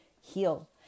heal